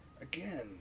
Again